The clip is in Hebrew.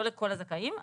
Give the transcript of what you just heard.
לא לכל הזכאים,